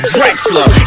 Drexler